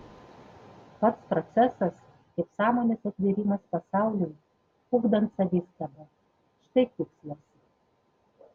pats procesas kaip sąmonės atvėrimas pasauliui ugdant savistabą štai tikslas